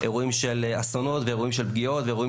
אירועים של אסונות ואירועים של פגיעות ואירועים